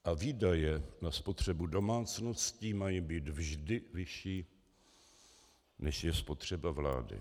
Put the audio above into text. A výdaje na spotřebu domácností mají být vždy vyšší, než je spotřeba vlády.